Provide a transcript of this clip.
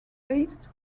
faced